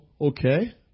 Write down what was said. Okay